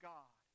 God